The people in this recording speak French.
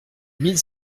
mille